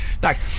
back